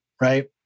right